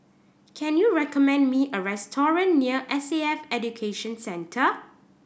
can you recommend me a restaurant near S A F Education Centre